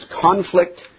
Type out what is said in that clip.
conflict